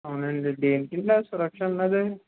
అవునా అండి దేనికండి ఆ సురక్ష అన్నది